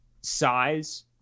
size